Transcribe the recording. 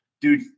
Dude